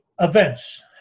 events